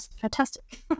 fantastic